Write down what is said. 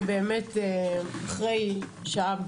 ובאמת אחרי שעה,